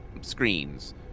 screens